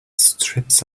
strips